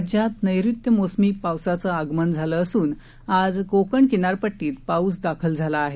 राज्यात नैऋत्य मोसमी पावसाचं आगमन झालं असून आज कोकण किनारपट्टीत पाऊस दाखल झाला आहे